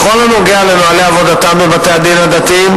בכל הנוגע לנוהלי עבודתם בבתי-הדין הדתיים